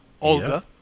Olga